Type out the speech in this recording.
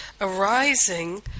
arising